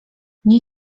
nie